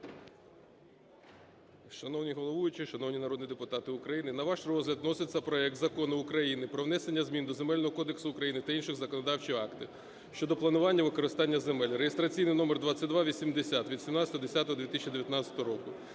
Шановний головуючий, шановні народні депутати України! На ваш розгляд вноситься проект Закону України про внесення змін до Земельного кодексу України та інших законодавчих актів щодо планування використання земель (реєстраційний номер 2280) від 17.10.2019 року.